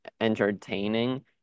entertaining